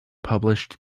published